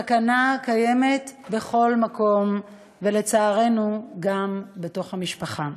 הסכנה קיימת בכל מקום, ולצערנו, גם בתוך המשפחה.